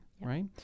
right